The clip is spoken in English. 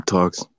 Talks